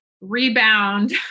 rebound